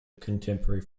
contemporary